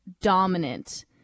dominant